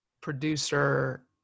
producer